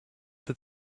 that